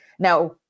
Now